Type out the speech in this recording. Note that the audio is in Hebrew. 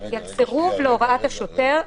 היא הסירוב להוראת השוטר לפיזור.